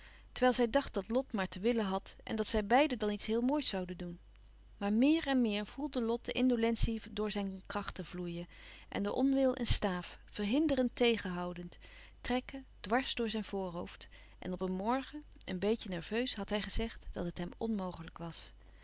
terwijl zij dacht dat lot maar te willen had en dat zij beiden dan iets heel moois zouden doen maar meer en meer voelde lot de indolentie door zijne krachten vloeien en de onwil een staaf verhinderend tegenhoudend trekken dwars door zijn voorhoofd en op een morgen een beetje nerveus had hij gezegd dat het hem onmogelijk was